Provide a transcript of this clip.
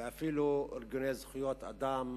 ואפילו ארגוני זכויות אדם